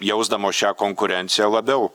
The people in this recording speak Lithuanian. jausdamos šią konkurenciją labiau